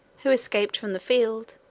who escaped from the field,